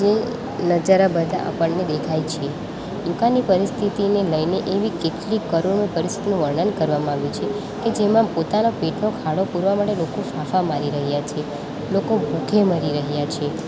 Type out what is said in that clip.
જે નજર આ બધા આપણને દેખાય છે દુકાનની પરિસ્થિતિને લઈને એવી કેટલીક કરુણ પરિસ્થતિઓનું વર્ણન કરવામાં આવ્યું છે કે જેમાં પોતાના પેટનો ખાડો પુરવા માટે લોકો ફાંફા મારી રહ્યા છે લોકો ભૂખે મરી રહ્યા છે